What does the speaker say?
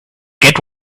get